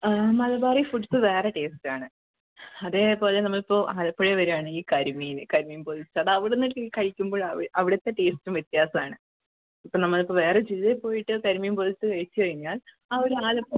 ആ മലബാറി ഫുഡ്സ് വേറെ ടേസ്റ്റാണ് അതേപോലെ നമ്മളിപ്പോൾ ആലപ്പുഴയിൽ വരുവാണെങ്കിൽ കരിമീൻ കരിമീൻ പൊള്ളിച്ചത് അതവിടുന്ന് കഴിക്കുമ്പോൾ അവിടുത്തെ ടേസ്റ്റും വ്യത്യാസമാണ് ഇപ്പോൾ നമ്മളിപ്പോൾ വേറെ ജില്ലയിൽ പോയിട്ട് കരിമീൻ പൊള്ളിച്ചത് കഴിച്ച് കഴിഞ്ഞാൽ ആ ഒരു ആലപ്പുഴ